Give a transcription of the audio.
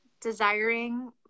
desiring